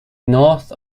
north